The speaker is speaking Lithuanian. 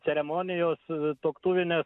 ceremonijos tuoktuvinės